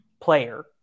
player